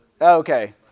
Okay